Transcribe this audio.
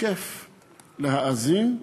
כיף להאזין,